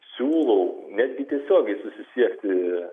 siūlau netgi tiesiogiai susisiekti